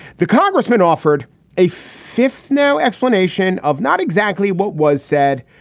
the congressman offered a fifth no explanation of not exactly what was said,